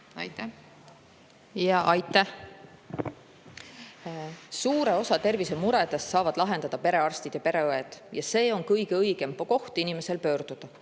kaaluma. Aitäh! Suure osa tervisemuredest saavad lahendada perearstid ja pereõed, ja see on kõige õigem koht, kuhu inimene pöördub.